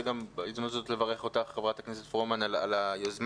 בהזדמנות זו אני רוצה לברך אותך חה"כ פרומן על היוזמה,